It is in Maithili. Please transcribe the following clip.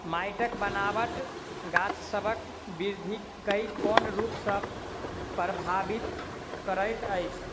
माइटक बनाबट गाछसबक बिरधि केँ कोन रूप सँ परभाबित करइत अछि?